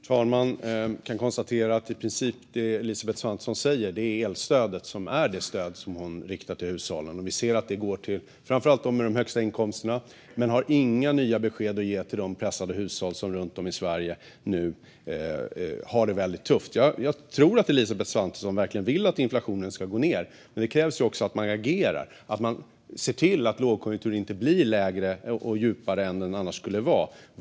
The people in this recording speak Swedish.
Herr talman! Jag kan konstatera att Elisabeth Svantesson i princip säger att elstödet är det enda stöd hon riktar till hushållen. Vi ser alltså att det går till dem med de högsta inkomsterna. Hon har inga nya besked att ge till de pressade hushåll runt om i Sverige som nu har det väldigt tufft. Jag tror att Elisabeth Svantesson verkligen vill att inflationen ska gå ned, men det kräver att man agerar. Man behöver se till att lågkonjunkturen inte blir djupare än den annars skulle vara.